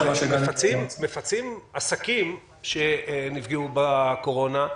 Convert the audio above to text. מפצים עסקים שנפגעו בקורונה,